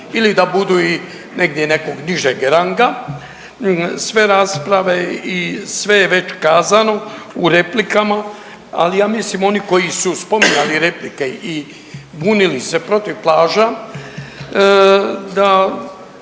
ili da budu i negdje nekog nižeg ranga. Sve rasprave i sve je već kazano u replikama, ali ja mislim oni koji su spominjali replike i bunili se protiv plaža da